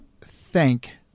thank